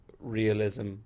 realism